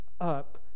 up